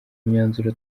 myanzuro